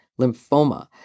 lymphoma